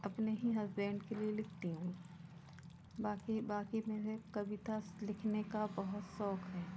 अपने ही हसबेंड के लिए लिखती हूँ बाक़ी बाक़ी मेरए कविता लिखने का बहुत शौक़ है